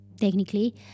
technically